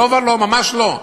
לא ולא, ממש לא.